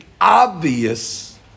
obvious